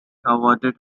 awarded